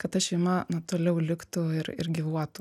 kad ta šeima na toliau liktų ir ir gyvuotų